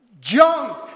junk